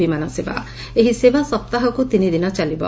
ବିମାନ ସେବା ଆର ଏହି ସେବା ସପ୍ତାହକୁ ତିନିଦିନ ଚାଲିବ